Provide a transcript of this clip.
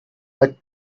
but